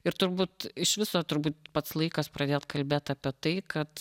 ir turbūt iš viso turbūt pats laikas pradėt kalbėt apie tai kad